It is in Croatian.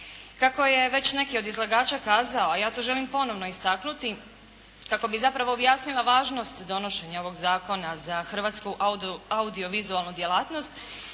Kako je već neki od izlagača kazao, a ja to želim ponovno istaknuti kako bi zapravo objasnila važnost donošenja ovog zakona za hrvatsku audio vizualnu djelatnost,